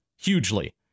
hugely